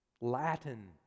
latin